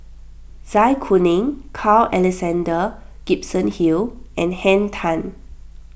Zai Kuning Carl Alexander Gibson Hill and Henn Tan